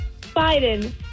Biden